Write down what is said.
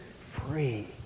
free